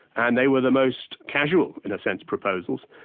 and they were the most casual, in a sense, proposals.